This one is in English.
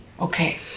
Okay